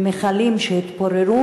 במכלים שהתפוררו,